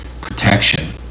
protection